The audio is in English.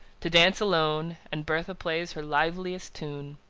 to dance alone and bertha plays her liveliest tune.